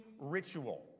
ritual